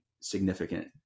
significant